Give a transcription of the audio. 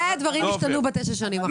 דברים השתנו בתשע השנים האחרונות.